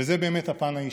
זה באמת הפן האישי.